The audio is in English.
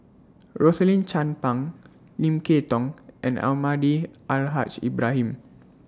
Rosaline Chan Pang Lim Kay Tong and Almahdi Al Haj Ibrahim